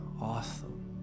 awesome